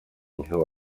who